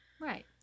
Right